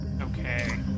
Okay